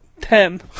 Ten